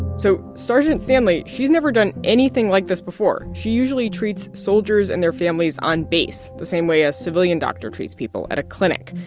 so sergeant stanley, she's never done anything like this before. she usually treats soldiers and their families on base, the same way a civilian doctor treats people at a clinic.